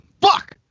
fuck